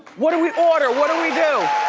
what do we order? what do we do?